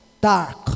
dark